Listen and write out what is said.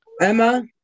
Emma